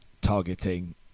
targeting